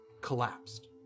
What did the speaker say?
collapsed